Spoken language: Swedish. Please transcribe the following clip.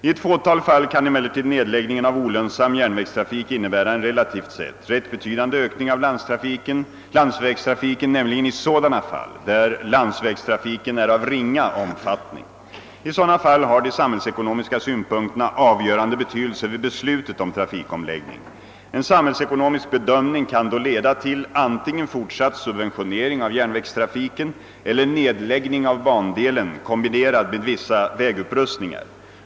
I ett fåtal fall kan emellertid nedläggningen av olönsam järnvägstrafik innebära en reativt sett rätt betydande ökning av landsvägstrafiken, nämligen i sådana fall där denna är av ringa omfattning. Därvid har de samhällsekonomiska synpunkterna avgörande betydelse vid beslutet om trafikomläggning. En samhällsekonomisk bedömning kan då leda till antingen fortsatt subventionering av järnvägstrafiken eller nedläggning av bandelen kombinerad med vissa vägupprustningar.